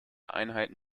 einheiten